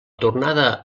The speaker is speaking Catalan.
tornada